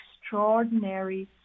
extraordinary